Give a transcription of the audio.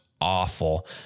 awful